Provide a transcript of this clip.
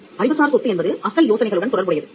அறிவுசார் சொத்து என்பது அசல் யோசனைகளுடன் தொடர்புடையது